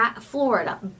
Florida